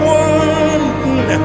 one